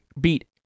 beat